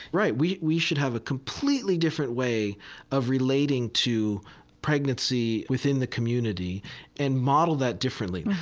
right. we we should have a completely different way of relating to pregnancy within the community and model that differently.